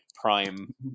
prime